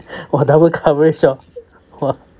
one hour coverage orh !wah!